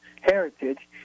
heritage